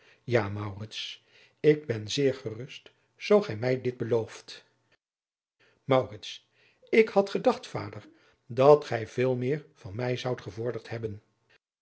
ik ben zeer gerust zoo gij mij dit belooft maurits ik had gedacht vader dat gij veel meer van mij zoudt gevorderd hebben